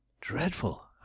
Dreadful